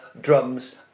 drums